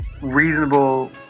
reasonable